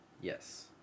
Yes